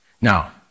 Now